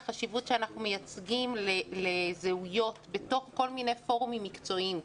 החשיבות שאנחנו מייצגים זהויות בתוך כל מיני פורומים מקצועיים.